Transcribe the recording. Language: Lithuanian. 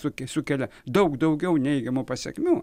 su sukelia daug daugiau neigiamų pasekmių